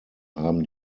haben